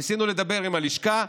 ניסינו לדבר עם הלשכה.